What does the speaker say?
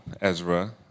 Ezra